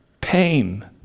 pain